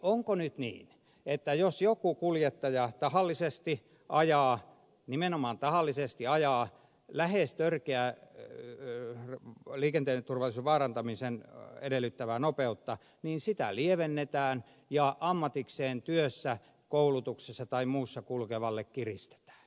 onko nyt niin että jos joku kuljettaja tahallisesti ajaa nimenomaan tahallisesti ajaa liikenneturvallisuutta lähes törkeästi vaarantavaa nopeutta niin sitä lievennetään ja ammatikseen työssä koulutuksessa tai muussa kulkevalle kiristetään